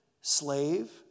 slave